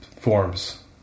forms